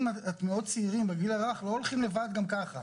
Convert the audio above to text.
המאוד צעירים בגיל הרך לא הולכים לבד גם ככה.